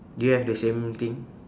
do you have the same thing